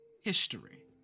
history